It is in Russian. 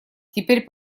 теперь